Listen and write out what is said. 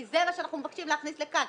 כי זה מה שאנחנו מבקשים להכניס לכאן.